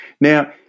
now